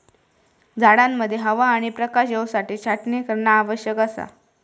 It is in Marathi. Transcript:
झाडांमध्ये हवा आणि प्रकाश येवसाठी छाटणी करणा आवश्यक असा